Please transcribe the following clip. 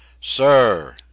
Sir